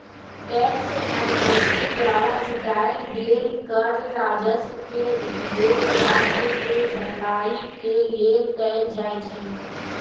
tax amnesty द्वारा जुटाएल गेल कर राजस्व के उपयोग राज्य केँ भलाई के लेल कएल जाइ छइ